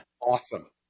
awesome